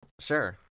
Sure